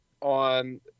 on